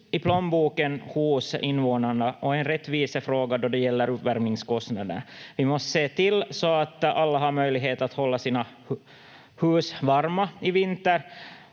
i plånboken hos invånarna och är en rättvisefråga då det gäller uppvärmningskostnader. Vi måste se till så att alla har möjlighet att hålla sina hus varma i vinter,